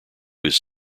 his